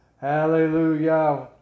Hallelujah